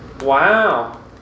Wow